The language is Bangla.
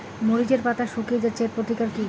মরিচের পাতা শুকিয়ে যাচ্ছে এর প্রতিকার কি?